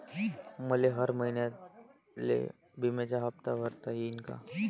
मले हर महिन्याले बिम्याचा हप्ता भरता येईन का?